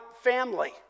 family